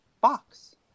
box